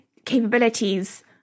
capabilities